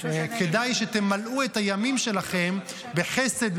כדאי שתמלאו את הימים שלכם בחסד,